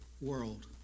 world